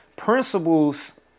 principles